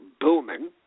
booming